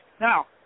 Now